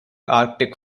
arctic